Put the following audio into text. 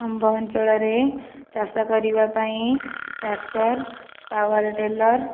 ଆମ୍ଭ ଅଞ୍ଚଳରେ ଚାଷ କରିବା ପାଇଁ ଟ୍ରାକ୍ଟର ପାୱାର ଟିଲର୍